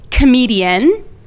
Comedian